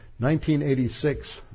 1986